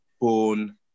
born